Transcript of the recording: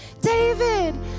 David